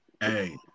hey